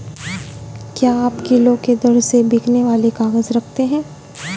क्या आप किलो के दर से बिकने वाले काग़ज़ रखते हैं?